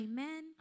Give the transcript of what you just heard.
Amen